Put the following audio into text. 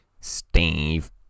Steve